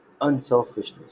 unselfishness